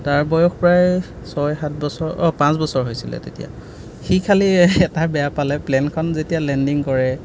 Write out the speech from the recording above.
তাৰ বয়স প্ৰায় ছয় সাত বছৰ অ' পাঁচ বছৰ হৈছিলে তেতিয়া সি খালি এটা বেয়া পালে প্লেনখন যেতিয়া লেনডিং কৰে